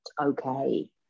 okay